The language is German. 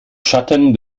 schatten